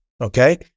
Okay